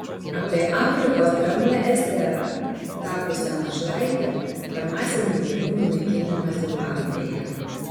apie afrikos dramblę esterą tapusią našlaite per masinį gyvūnų naikinimą zimbabvėje